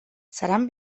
seran